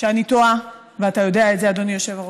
שאני טועה, ואתה יודע את זה, אדוני היושב-ראש,